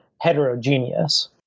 heterogeneous